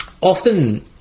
often